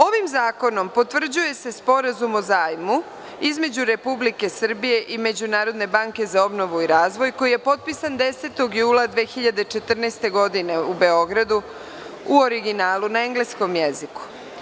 Ovim zakonom potvrđuje se Sporazum o zajmu između Republike Srbije i Međunarodne banke za obnovu i razvoj koji je potpisan 10. jula 2014. godine u Beogradu u originalu na engleskom jeziku.